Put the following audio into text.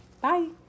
Bye